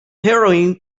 heroin